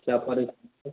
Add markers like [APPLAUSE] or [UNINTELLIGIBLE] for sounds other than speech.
क्या आप [UNINTELLIGIBLE]